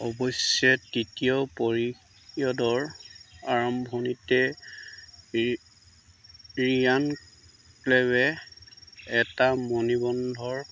অৱশ্যে তৃতীয় পিৰিয়ডৰ আৰম্ভণিতে ৰিয়ান ক্লাবে এটা মণিবন্ধৰ